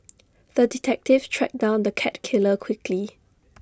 the detective tracked down the cat killer quickly